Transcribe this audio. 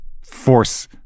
force